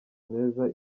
meza